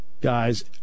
guys